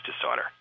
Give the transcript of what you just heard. disorder